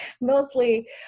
mostly